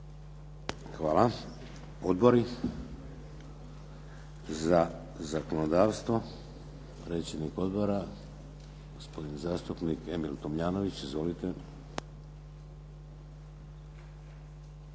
Hvala. Odbori za zakonodavstvo? Predsjednik odbora gospodin zastupnik Emil Tomljanović. Izvolite.